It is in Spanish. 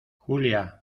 julia